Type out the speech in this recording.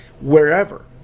wherever